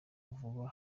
vuba